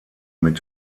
mit